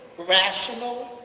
rational,